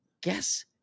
guess